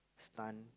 stunned